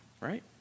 right